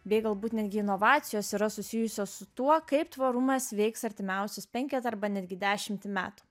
bei galbūt netgi inovacijos yra susijusios su tuo kaip tvarumas veiks artimiausius penketą arba netgi dešimtį metų